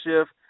Shift